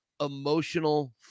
emotional